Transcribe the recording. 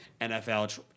NFL